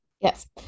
Yes